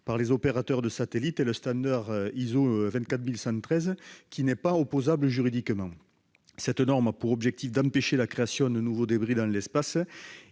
par les opérateurs de satellites est le standard ISO 24113, qui n'est pas opposable juridiquement. Cette norme a pour objectif d'empêcher la création de nouveaux débris dans l'espace.